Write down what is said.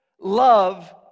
love